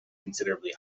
considerably